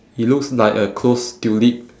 it looks like a closed tulip